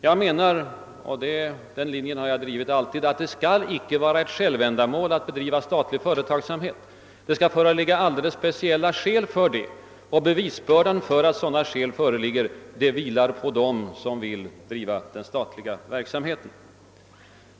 Jag anser — och den ståndpunkten har jag alltid hävdat — att det icke bör vara ett självändamål att bedriva statlig företagsamhet. Det skall föreligga alldeles speciella skäl härför, och bevisbördan för att sådana skäl föreligger vilar på dem som vill driva statlig företagsamhet.